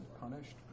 punished